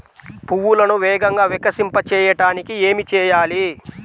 పువ్వులను వేగంగా వికసింపచేయటానికి ఏమి చేయాలి?